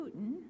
Putin